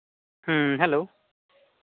ᱦᱮᱸ ᱦᱮᱞᱳ